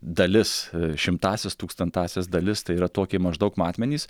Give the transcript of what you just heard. dalis šimtąsias tūkstantąsias dalis tai yra tokie maždaug matmenys